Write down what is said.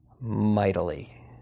mightily